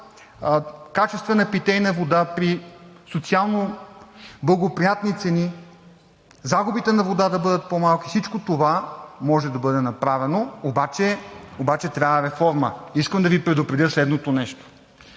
качествена питейна вода при социално благоприятни цени, загубите на вода да бъдат по-малки. Всичко това може да бъде направено, обаче трябва реформа. Искам да Ви предупредя следното нещо